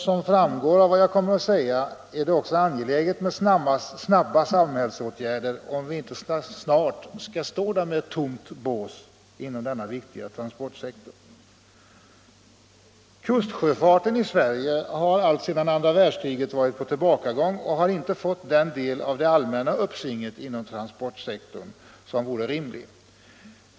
Som framgår av vad jag kommer att säga är det också angeläget med snabba samhällsåtgärder, om vi inte snart skall stå där med ”tomt bås” inom denna viktiga transportsektor. Kustsjöfarten i Sverige har alltsedan andra världskriget varit på tillbakagång och har inte fått den del av det allmänna uppsvinget inom transportsektorn som vore rimligt.